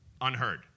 unheard